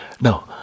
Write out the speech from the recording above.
Now